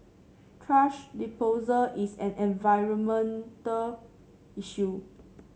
thrash disposal is an environmental issue